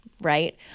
Right